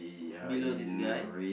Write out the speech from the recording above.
below this guy